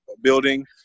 building